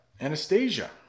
Anastasia